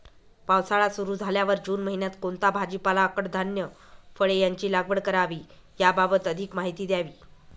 पावसाळा सुरु झाल्यावर जून महिन्यात कोणता भाजीपाला, कडधान्य, फळे यांची लागवड करावी याबाबत अधिक माहिती द्यावी?